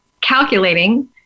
calculating